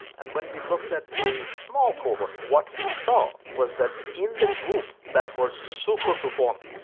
and when we looked at a small cohort what we saw was that in the group that was super performing,